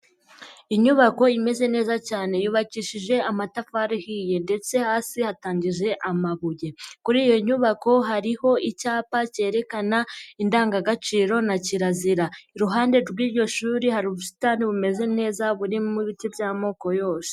Inyubako imeze neza cyane yubakishije amatafarihiye ndetse hasi hatangi amabuye, kuri iyo nyubako hariho icyapa cyerekana indangagaciro na kirazira, iruhande rw'iryo shuri hari ubusitani bumeze neza burimo ibiti by'amoko yose.